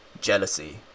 jealousy